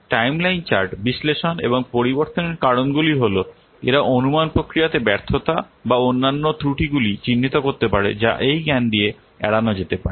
timeline chart বিশ্লেষণ এবং পরিবর্তনের কারণগুলি হল এরা অনুমান প্রক্রিয়াতে ব্যর্থতা বা অন্যান্য ত্রুটিগুলি চিহ্নিত করতে পারে যা এই জ্ঞান দিয়ে এড়ানো যেতে পারে